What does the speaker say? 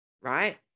Right